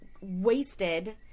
wasted